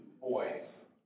boys